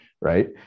Right